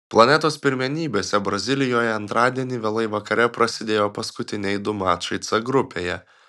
planetos pirmenybėse brazilijoje antradienį vėlai vakare prasidėjo paskutiniai du mačai c grupėje